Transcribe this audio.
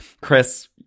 Chris